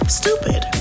stupid